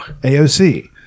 AOC